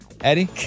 Eddie